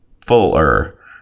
Fuller